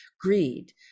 greed